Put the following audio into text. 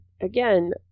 again